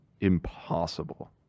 impossible